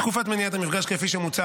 תקופת מניעת המפגש כפי שמוצע,